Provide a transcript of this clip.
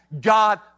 God